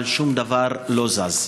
אבל שום דבר לא זז.